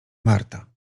marta